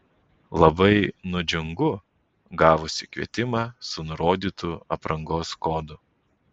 labai nudžiungu gavusi kvietimą su nurodytu aprangos kodu